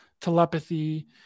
telepathy